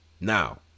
now